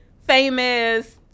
famous